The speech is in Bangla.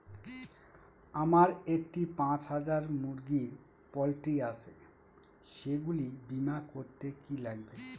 আমার একটি পাঁচ হাজার মুরগির পোলট্রি আছে সেগুলি বীমা করতে কি লাগবে?